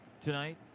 tonight